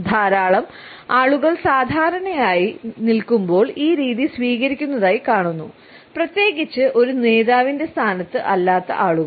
ധാരാളം ആളുകൾ സാധാരണയായി നിൽക്കുമ്പോൾ ഈ രീതി സ്വീകരിക്കുന്നതായി കാണുന്നു പ്രത്യേകിച്ച് ഒരു നേതാവിന്റെ സ്ഥാനത്ത് അല്ലാത്ത ആളുകൾ